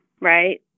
right